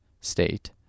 state